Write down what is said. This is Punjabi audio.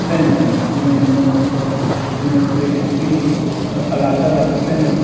ਭਿੰਨ ਹੋਣਾ ਜਿਵੇਂ ਮਨੁੱਖ ਮਨੁੱਖ ਦੇ ਵਿੱਚ ਵੀ ਅ ਅਲੱਗ ਅਲੱਗ ਭਿੰਨ